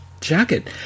jacket